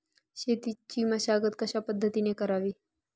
शेतीची मशागत कशापद्धतीने करावी?